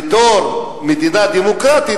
בתור מדינה דמוקרטית,